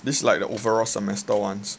this like the overall semester ones